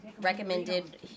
recommended